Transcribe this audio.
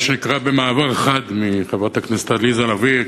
מה שנקרא, במעבר חד מחברת הכנסת עליזה לביא.